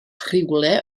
rhywle